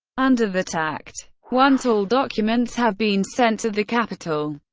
under that act, once all documents have been sent to the capitol,